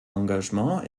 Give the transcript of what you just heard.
engagement